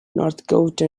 northcote